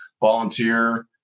volunteer